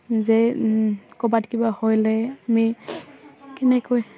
যে ক'বাত কিবা হ'লে আমি কেনেকৈ